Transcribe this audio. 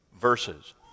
verses